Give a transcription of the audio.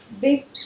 big